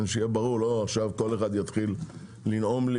שיהיה ברור שלא כל אחד יתחיל עכשיו לנאום את